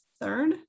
third